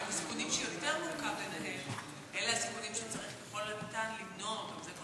אבל הסיכונים שיותר מורכב לנהל אלה סיכונים שצריך ככל הניתן למנוע אותם.